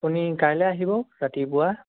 আপুনি কাইলৈ আহিব ৰাতিপুৱা